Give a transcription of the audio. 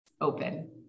open